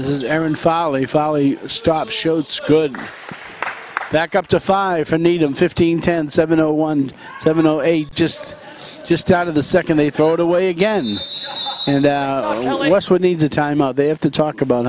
this is aaron folly folly stop shows could back up to five for needham fifteen ten seven zero one seven zero eight just just out of the second they throw it away again and tell us what needs a timeout they have to talk about